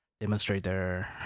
demonstrator